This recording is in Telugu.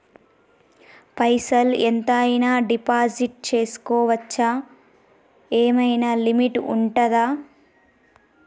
పైసల్ ఎంత అయినా డిపాజిట్ చేస్కోవచ్చా? ఏమైనా లిమిట్ ఉంటదా?